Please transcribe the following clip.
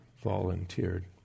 volunteered